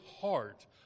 heart